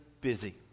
busy